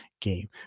game